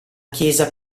chiesa